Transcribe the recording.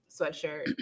sweatshirt